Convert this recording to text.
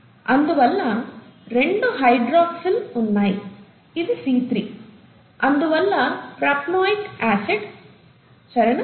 అందువల్ల రెండు హైడ్రాక్సిల్ ఉన్నాయి ఇది C3 అందువల్ల ప్రాప్నోయిక్ ఆసిడ్ సరేనా